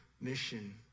mission